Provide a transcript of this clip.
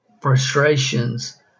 frustrations